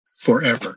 forever